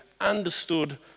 understood